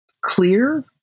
clear